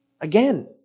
Again